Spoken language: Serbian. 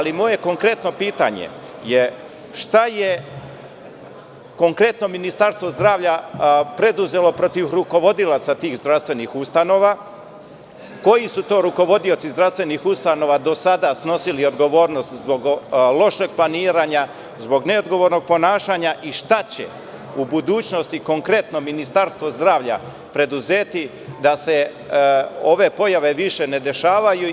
Moje konkretno pitanje je šta je konkretno Ministarstvo zdravlja preduzelo protiv rukovodilaca tih zdravstvenih ustanova, koji su to rukovodioci zdravstvenih ustanova do sada snosili odgovornost zbog lošeg planiranja, zbog neodgovornog ponašanja i šta će u budućnosti konkretno Ministarstvo zdravlja preduzeti da se ove pojave više ne dešavaju?